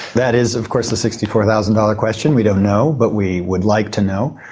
that is of course the sixty four thousand dollar question. we don't know but we would like to know.